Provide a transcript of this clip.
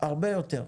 הרבה יותר.